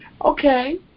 Okay